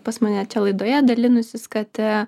pas mane čia laidoje dalinusis kad